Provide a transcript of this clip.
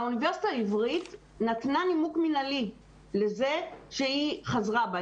האוניברסיטה העברית נתנה נימוק מינהלי לזה שהיא חזרה בה.